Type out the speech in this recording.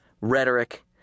rhetoric